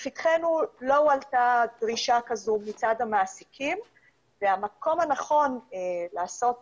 לפתחנו לא הועלתה דרישה כזו מצד המעסיקים והמקום הנכון לעשות